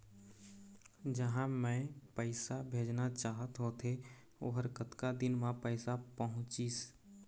जहां मैं पैसा भेजना चाहत होथे ओहर कतका दिन मा पैसा पहुंचिस?